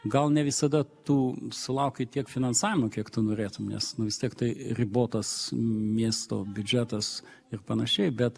gal ne visada tu sulauki tiek finansavimo kiek tu norėtum nes vis tiek tai ribotas miesto biudžetas ir panašiai bet